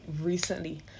recently